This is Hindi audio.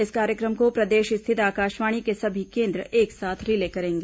इस कार्यक्रम को प्रदेश स्थित आकाशवाणी के सभी केन्द्र एक साथ रिले करेंगे